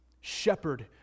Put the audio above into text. Shepherd